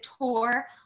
tour